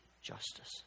justice